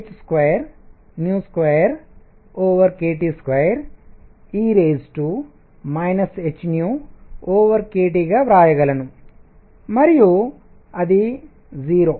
అందువల్ల నేను C ని 3h22kT2e hkTగా వ్రాయగలను మరియు అది 0